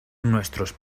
nuestros